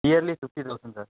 yearly fifty thousand sir